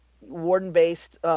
Warden-based